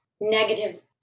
negative